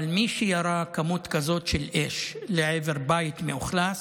אבל מי שירה כמות כזאת של אש לעבר בית מאוכלס,